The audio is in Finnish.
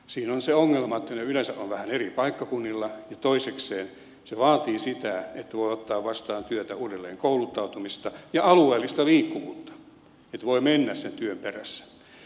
siinä on se ongelma että ne yleensä ovat vähän eri paikkakunnilla ja toisekseen se vaatii sitä että voi ottaa vastaan työtä uudelleenkouluttautumista ja alueellista liikkuvuutta että voi mennä sen työn perässä